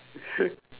shit